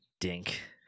dink